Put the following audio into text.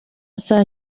saa